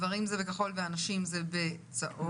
ולכן הוא חל על כל עובד סוציאלי.